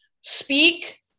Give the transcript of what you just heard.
speak